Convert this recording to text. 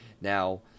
Now